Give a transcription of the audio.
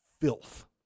filth